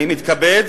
אני מתכבד,